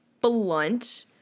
blunt